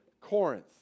Corinth